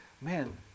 man